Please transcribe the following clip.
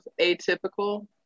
atypical